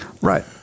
Right